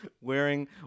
Wearing